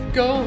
go